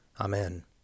Amen